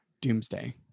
Doomsday